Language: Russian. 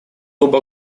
оба